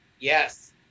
Yes